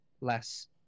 less